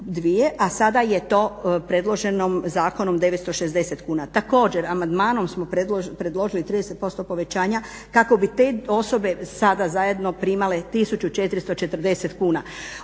a sada je to predloženo zakonom 960 kuna. Također, amandmanom smo predložili 30% povećanja kako bi te osobe sada zajedno primale 1440 kuna.